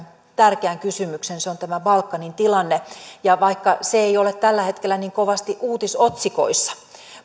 tärkeän kysymyksen se on tämä balkanin tilanne vaikka se ei ole tällä hetkellä niin kovasti uutisotsikoissa